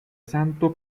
santo